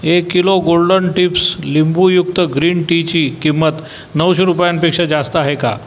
एक kilo golden tips लिंबूयुक्त green टीची किंमत नऊशे रुपयांपेक्षा जास्त आहे का